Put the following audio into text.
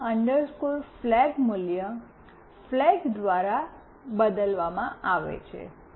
old flag મૂલ્ય flag દ્વારા બદલવામાં આવે છે